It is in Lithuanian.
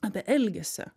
apie elgesį